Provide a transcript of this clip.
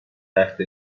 تخت